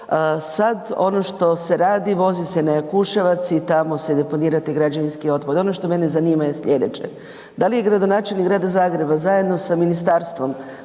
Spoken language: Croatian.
Sad ono što se radi, vozi se na Jakuševac i tamo se deponira taj građevinski otpad. Ono što mene zanima je slijedeće. Da li je gradonačelnik Grada Zagreba zajedno sa ministarstvom